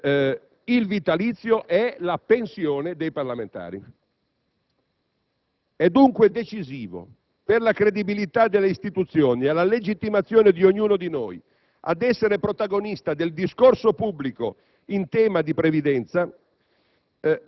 il vitalizio è la «pensione» dei parlamentari. È dunque decisivo - per la credibilità delle istituzioni e la legittimazione di ognuno di noi ad essere protagonista del discorso pubblico in tema di previdenza